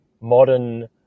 modern